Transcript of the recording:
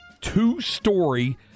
two-story